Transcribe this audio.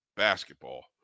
basketball